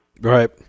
Right